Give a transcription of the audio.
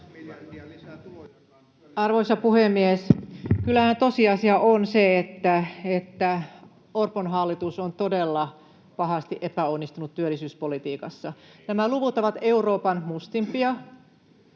Arvoisa puhemies! Kyllähän tosiasia on se, että Orpon hallitus on todella pahasti epäonnistunut työllisyyspolitiikassa. Nämä luvut ovat Euroopan mustimpia.